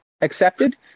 accepted